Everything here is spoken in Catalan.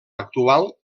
actual